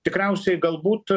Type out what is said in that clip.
tikriausiai galbūt